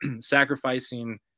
sacrificing